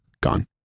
gone